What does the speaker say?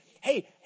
hey